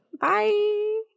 Bye